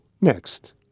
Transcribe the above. Next